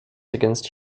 against